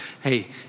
Hey